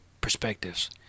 perspectives